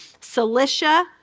Cilicia